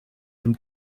from